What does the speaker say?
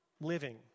living